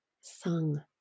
sung